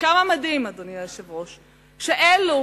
וכמה מדהים, אדוני היושב-ראש, שאלה